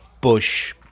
Bush